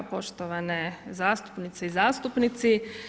Poštovane zastupnice i zastupnici.